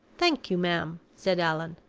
thank you, ma'am, said allan.